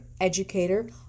educator